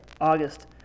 August